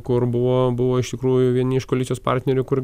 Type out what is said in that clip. kur buvo buvo iš tikrųjų vieni iš koalicijos partnerių kur